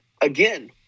again